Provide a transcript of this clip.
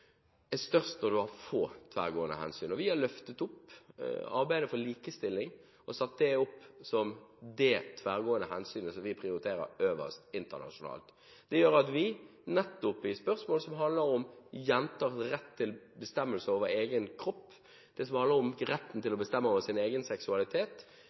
vi har løftet opp arbeidet for likestilling og satt det opp som det tverrgående hensynet vi prioriterer øverst internasjonalt. Det gjør at vi nettopp i spørsmål som handler om jenters rett til bestemmelse over egen kropp, retten til å bestemme over sin egen seksualitet, retten til